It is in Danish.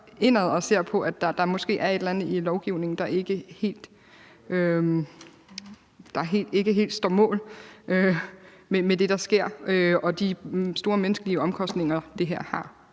at der måske er et eller andet i lovgivningen, der ikke helt står mål med det, der sker, og de store menneskelige omkostninger, som det her har